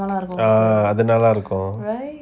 ah அது நல்ல இருக்கும்:athu nalla irukum